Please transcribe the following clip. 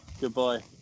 Goodbye